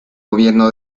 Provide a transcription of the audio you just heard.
gobierno